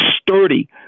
sturdy